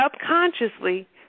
subconsciously